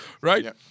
Right